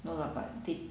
no lah but did